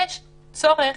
יש צורך